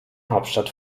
hauptstadt